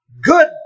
good